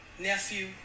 nephew